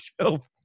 shelf